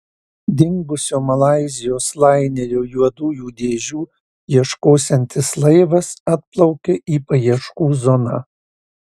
dingusio malaizijos lainerio juodųjų dėžių ieškosiantis laivas atplaukė į paieškų zoną